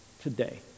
today